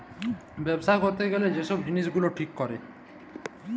ব্যবছা ক্যইরতে গ্যালে যে ছব জিলিস গুলা ঠিক ক্যরে